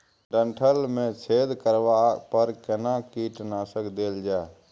डंठल मे छेद करबा पर केना कीटनासक देल जाय?